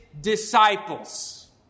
disciples